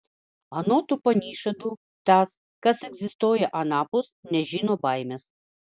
anot upanišadų tas kas egzistuoja anapus nežino baimės